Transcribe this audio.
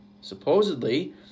supposedly